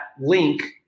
link